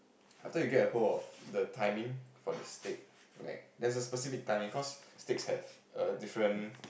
after you get a hold the timing for the steak like there's a specific timing cause steaks have a different